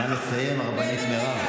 נא לסיים, הרבנית מירב.